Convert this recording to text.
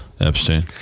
Epstein